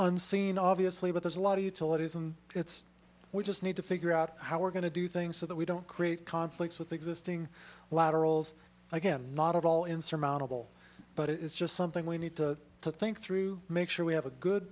nseen obviously but there's a lot of utilities and it's we just need to figure out how we're going to do things so that we don't create conflicts with existing laterals again not at all insurmountable but it is just something we need to think through make sure we have a good